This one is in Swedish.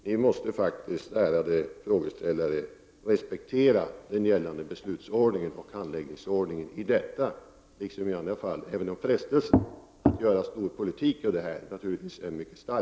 Vi måste faktikskt, ärade frågeställare, respektera gällande beslutsoch handläggningsordning i detta liksom i andra fall, även om frestelsen att göra storpolitik av detta naturligtvis är mycket stor.